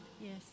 Yes